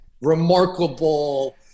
remarkable